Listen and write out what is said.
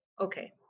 Okay